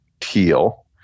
teal